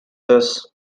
this